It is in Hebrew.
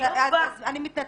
אני לא באה --- אז אני מתנצלת,